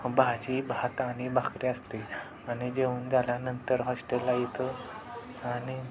भाजी भात आणि भाकरी असते आणि जेवून झाल्यानंतर हॉस्टेलला येतो आणि